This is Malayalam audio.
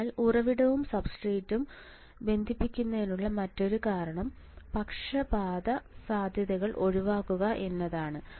അതിനാൽ ഉറവിടവും സബ്സ്ട്രേറ്റ്യും ബന്ധിപ്പിക്കുന്നതിനുള്ള മറ്റൊരു കാരണം പക്ഷപാത സാധ്യതകൾ ഒഴിവാക്കുക എന്നതാണ്